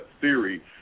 theory